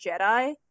jedi